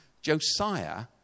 Josiah